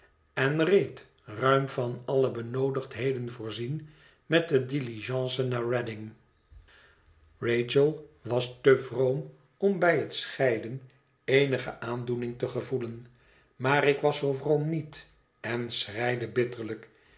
en reed ruim van alle benoodigdheden voorzien met de diligence naar reading rachel was te vroom om bij het scheiden eenige aandoening te gevoelen maar ik was zoo vroom niet en schreide bitterlijk